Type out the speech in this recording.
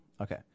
Okay